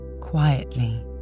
quietly